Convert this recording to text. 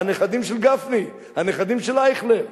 הנכדים של גפני, הנכדים של אייכלר,